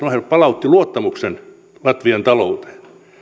ohjelma palautti luottamuksen latvian talouteen